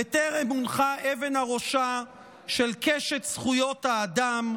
וטרם הונחה אבן הראשה של קשת זכויות האדם,